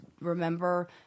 remember